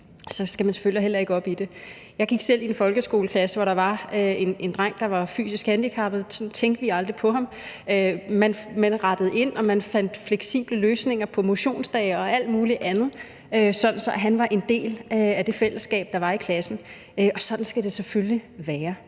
så skal man selvfølgelig heller ikke til eksamen i det. Jeg gik selv i en folkeskoleklasse, hvor der var en dreng, der var fysisk handicappet, men sådan tænkte vi aldrig på ham. Vi rettede ind, og vi fandt fleksible løsninger på motionsdage og alt mulig andet, sådan at han var en del af det fællesskab, der var i klassen – og sådan skal det selvfølgelig være.